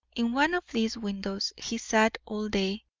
in one of these windows he sat all day,